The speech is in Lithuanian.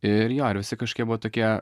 ir jo ir visi kažkokie buvo tokie